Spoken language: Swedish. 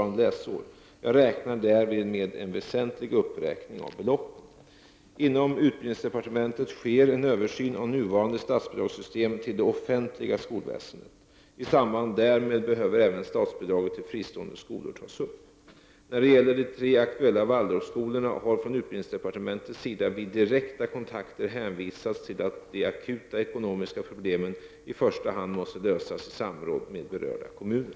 Jag räknar därvid med en väsentlig uppräkning av beloppen. Inom utbildningsdepartementet sker en översyn av nuvarande statsbidragssystem till det offentliga skolväsendet. I samband därmed behöver även statsbidraget till fristående skolor tas upp. När det gäller de tre aktuella Waldorfskolorna har från utbildningsdepartementets sida vid direkta kontakter hänvisats till att de akuta ekonomiska problemen i första hand måste lösas i samråd med berörda kommuner.